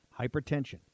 Hypertension